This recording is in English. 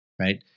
right